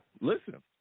listen